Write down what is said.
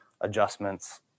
adjustments